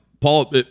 Paul